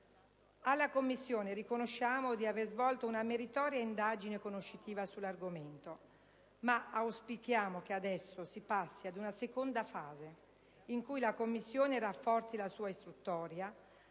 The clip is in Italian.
Alla Commissione riconosciamo di aver svolto una meritoria indagine conoscitiva sull'argomento, ma auspichiamo che adesso si passi ad una seconda fase, in cui la Commissione rafforzi la sua istruttoria,